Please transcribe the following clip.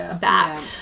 back